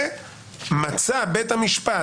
ו-"מצא בית המשפט,